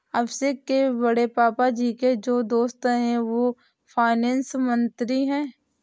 अभिषेक के बड़े पापा जी के जो दोस्त है वो फाइनेंस मंत्री है